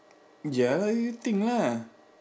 ya lah you think lah